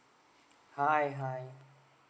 hi hi